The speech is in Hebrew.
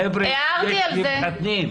חבר'ה, יש מי שמתחתנים.